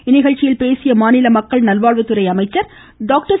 இந்நிகழ்ச்சியில் பேசிய மாநில மக்கள் நல்வாழ்வுத்துறை அமைச்சா் டாக்டா்